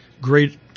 great